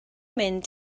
mynd